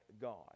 God